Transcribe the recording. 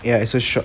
ya it's a shop